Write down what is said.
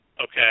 Okay